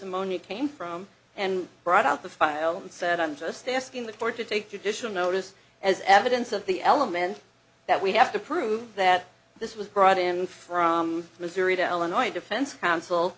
ammonia came from and brought out the file and said i'm just asking the court to take judicial notice as evidence of the element that we have to prove that this was brought in from missouri to illinois defense counsel